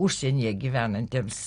užsienyje gyvenantiems